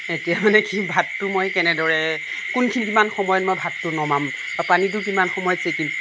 এতিয়া মানে কি ভাতটো মই কেনেদৰে কোনখিনি কিমান সময়ত মই ভাতটো নমাম পানীটো কিমান সময়ত চেকিম